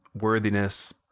worthiness